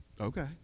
Okay